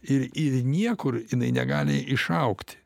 ir ir niekur jinai negali išaugt